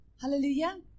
Hallelujah